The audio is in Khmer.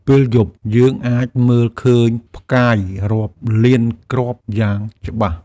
ពេលយប់ យើងអាចមើលឃើញផ្កាយរាប់លានគ្រាប់យ៉ាងច្បាស់។